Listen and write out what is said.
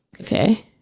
Okay